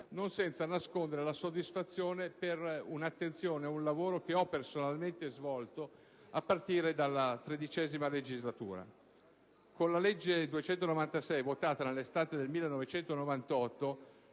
non senza nascondere la soddisfazione per un'attenzione e un lavoro che ho personalmente svolto a partire dalla XIII legislatura. Con la legge n. 296, votata nell'estate del 1998,